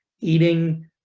eating